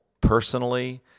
personally